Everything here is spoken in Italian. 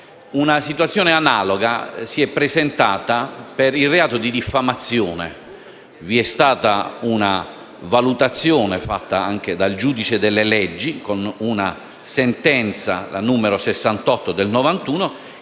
Una situazione analoga si è presentata per il reato di diffamazione. Vi è stata una valutazione, fatta anche dal giudice delle leggi (con la sentenza n. 68 del 1991),